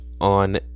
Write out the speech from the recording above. on